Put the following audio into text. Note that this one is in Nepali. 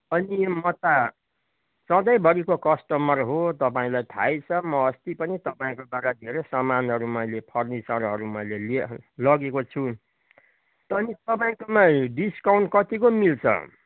अनि म त सधैँभरिको कस्टमर हो तपाईँलाई थाहै छ म अस्ति पनि तपाईँकोबाट धेरै सामानहरू फर्निचरहरू मैले लिएँ लगेको छु त्यहीँ तपाईँकोमा डिस्काउन्ट कतिको मिल्छ